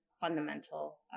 fundamental